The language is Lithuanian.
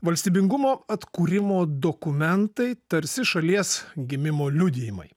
valstybingumo atkūrimo dokumentai tarsi šalies gimimo liudijimai